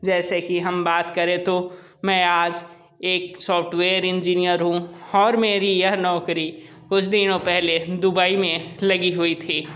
जैसे कि हम बात करे तो मैं आज एक सॉफ्टवेयर इंजीनियर हूँ और मेरी यह नौकरी कुछ दिनों पेहले दुबई में लगी हुई थी